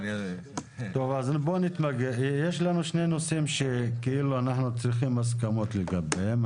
יש לנו שני נושאים שכאילו אנחנו צריכים הסכמות לגביהם,